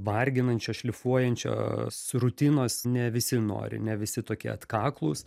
varginančio šlifuojančios rutinos ne visi nori ne visi tokie atkaklūs